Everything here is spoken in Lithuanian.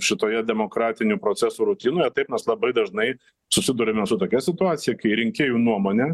šitoje demokratinių procesų rutinoje taip mes labai dažnai susiduriame su tokia situacija kai rinkėjų nuomonė